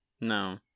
no